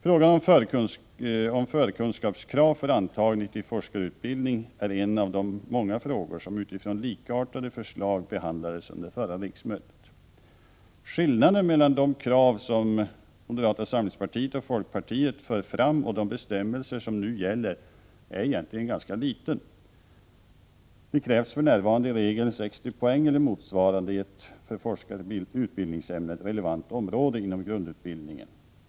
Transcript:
Frågan om förkunskapskrav för antagning till forskarutbildning är en av de många frågor som utifrån likartade förslag behandlades under förra riksmötet. Skillnaden mellan de krav som moderata samlingspartiet och folkpartiet för fram och de bestämmelser som nu gäller är egentligen ganska liten. Det krävs för närvarande i regel 60 poäng eller motsvarande i ett för forskarutbildningsämnet relevant område inom grundutbildningen.